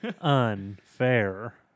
unfair